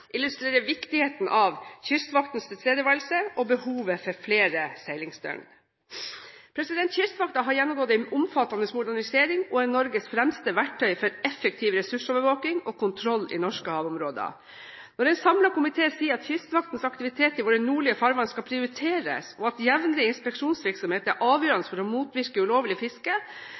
illustrerer viktigheten av Kystvaktens tilstedeværelse og behovet for flere seilingsdøgn. Kystvakten har gjennomgått en omfattende modernisering og er Norges fremste verktøy for effektiv ressursovervåking og kontroll i norske havområder. Når en samlet komité sier at Kystvaktens aktivitet i våre nordlige farvann skal prioriteres, og at jevnlig inspeksjonsvirksomhet er avgjørende for å motvirke ulovlig fiske,